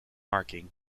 marking